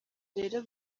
rero